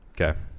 Okay